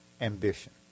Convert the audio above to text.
ambition